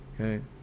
okay